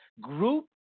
group